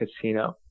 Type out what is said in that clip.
casino